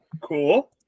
Cool